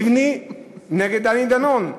לבני נגד דני דנון: